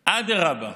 אדרבה,